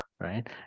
right